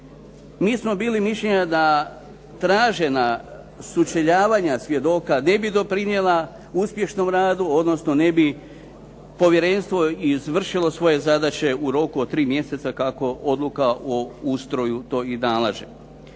Mi smo bili mišljenja da tražena sučeljavanja svjedoka ne bi doprinijela uspješnom radu odnosno ne bi povjerenstvo izvršilo svoje zadaće u roku od tri mjeseca kako odluka o ustroju to i nalaže.